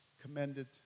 commended